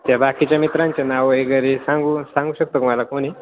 त्या बाकीच्या मित्रांचे नाव वगैरे सांगू सांगू शकतो तुम्हाला कोणी